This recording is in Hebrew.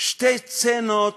שתי סצנות